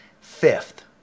Fifth